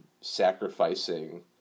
sacrificing